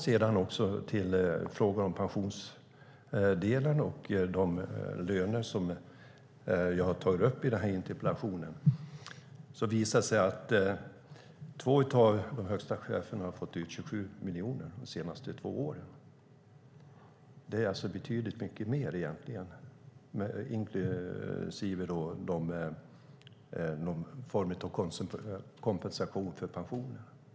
När det gäller frågorna om pensioner och löner som jag tar upp i interpellationen visar det sig att två av de högsta cheferna har fått ut 27 miljoner, inklusive någon form av kompensation för pension, de senaste två åren.